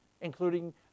including